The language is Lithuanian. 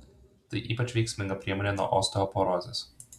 tai ypač veiksminga priemonė nuo osteoporozės